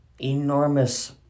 enormous